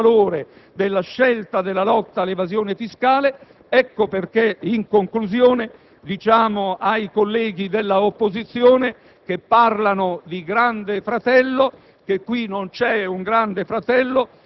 ecco perché riconfermiamo il grande valore della scelta della lotta all'evasione fiscale. Ecco perché, in conclusione, diciamo ai colleghi dell'opposizione che parlano di «grande fratello»